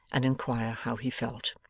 and inquire how he felt.